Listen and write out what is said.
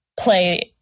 play